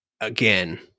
again